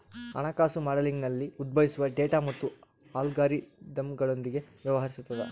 ಹಣಕಾಸು ಮಾಡೆಲಿಂಗ್ನಲ್ಲಿ ಉದ್ಭವಿಸುವ ಡೇಟಾ ಮತ್ತು ಅಲ್ಗಾರಿದಮ್ಗಳೊಂದಿಗೆ ವ್ಯವಹರಿಸುತದ